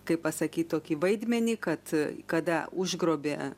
kaip pasakyt tokį vaidmenį kad kada užgrobė